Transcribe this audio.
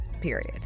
period